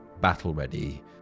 battle-ready